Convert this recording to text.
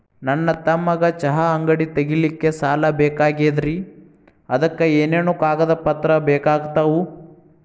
ನನ್ನ ತಮ್ಮಗ ಚಹಾ ಅಂಗಡಿ ತಗಿಲಿಕ್ಕೆ ಸಾಲ ಬೇಕಾಗೆದ್ರಿ ಅದಕ ಏನೇನು ಕಾಗದ ಪತ್ರ ಬೇಕಾಗ್ತವು?